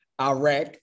Iraq